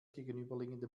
gegenüberliegende